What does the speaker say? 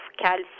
calcium